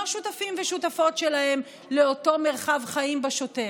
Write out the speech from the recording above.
שותפים ושותפות שלהם לאותו מרחב חיים בשוטף.